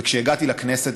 וכשהגעתי לכנסת,